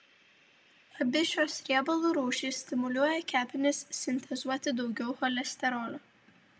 abi šios riebalų rūšys stimuliuoja kepenis sintezuoti daugiau cholesterolio